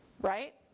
Right